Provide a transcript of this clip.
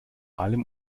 allem